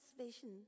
vision